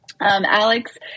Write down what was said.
Alex